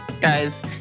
guys